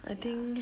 ya